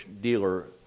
dealer